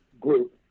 group